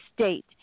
state